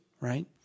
right